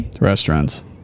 restaurants